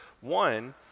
One